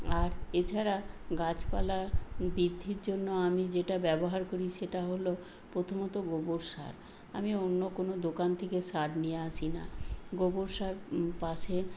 আর এছাড়া গাছপালা বৃদ্ধির জন্য আমি যেটা ব্যবহার করি সেটা হলো প্রথমত গোবর সার আমি অন্য কোনো দোকান থেকে সার নিয়ে আসি না গোবর সার পাশে